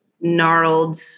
gnarled